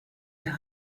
der